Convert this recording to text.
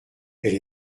elle